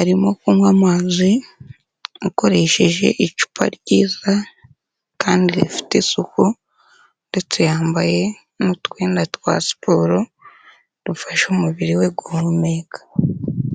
arimo kunywa amazi, akoresheje icupa ryiza kandi rifite isuku ndetse yambaye n'utwenda twa siporo, dufasha umubiri we guhumeka.